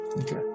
Okay